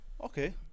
Okay